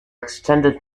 extended